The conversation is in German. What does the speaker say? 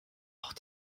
auch